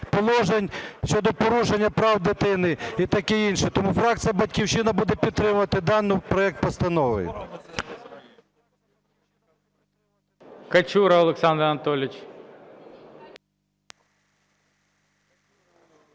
положень щодо порушення прав дитини і таке інше. Тому фракція "Батьківщина" буде підтримувати даний проект постанови.